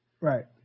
Right